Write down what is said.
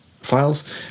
files